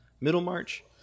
Middlemarch